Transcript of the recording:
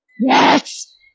Yes